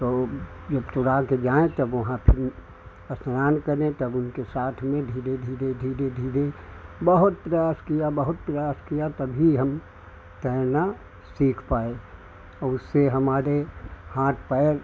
तो उसके बाद फिर जाए तब वहाँ फिर स्नान करें तब उनके साथ में धीरे धीरे धीरे धीरे बहुत प्रयास किया बहुत प्रयास किया तभी हम तैरना सीख पाए और उससे हमारे हाथ पैर